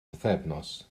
pythefnos